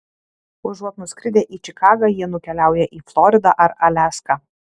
užuot nuskridę į čikagą jie nukeliauja į floridą ar aliaską